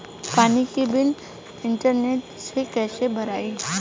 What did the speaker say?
पानी के bill internet से कइसे भराई?